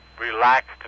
relaxed